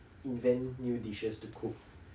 invent new dishes to cook